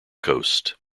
coast